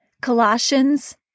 Colossians